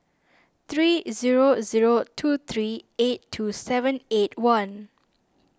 three zero zero two three eight two seven eight one